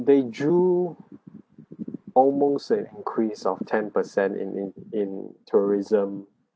they drew almost an increase of ten percent in in in tourism